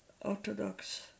Orthodox